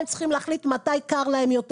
הם צריכים להחליט מתי קר להם יותר,